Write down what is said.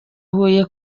huye